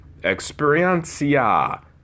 Experiencia